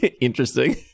Interesting